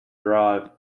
drive